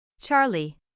Charlie